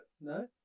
No